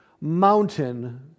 mountain